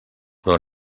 però